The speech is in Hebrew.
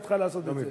בידך לעשות את זה.